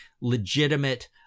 legitimate